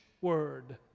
word